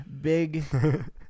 big